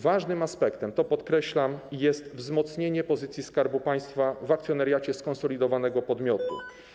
Ważnym aspektem, to podkreślam, jest wzmocnienie pozycji Skarbu Państwa w akcjonariacie skonsolidowanego podmiotu.